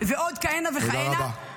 ועוד כהנה וכהנה,